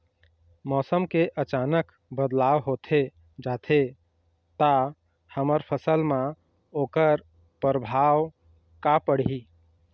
मौसम के अचानक बदलाव होथे जाथे ता हमर फसल मा ओकर परभाव का पढ़ी?